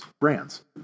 brands